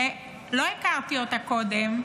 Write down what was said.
שלא הכרתי אותה קודם,